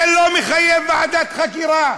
זה לא מחייב ועדת חקירה?